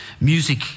music